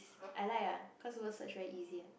I like ah cause word search very easy leh